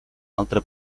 altre